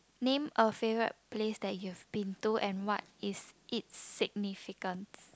name a favourite place that you have been to and what is it significance